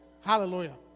Hallelujah